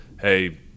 hey